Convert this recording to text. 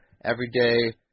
everyday